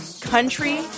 country